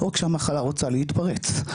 או כשהמחלה רוצה להתפרץ.